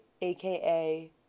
aka